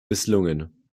misslungen